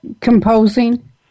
composing